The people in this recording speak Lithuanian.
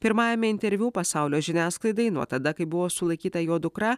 pirmajame interviu pasaulio žiniasklaidai nuo tada kai buvo sulaikyta jo dukra